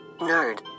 Nerd